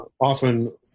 often